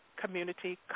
Community